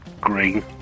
Green